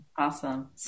Awesome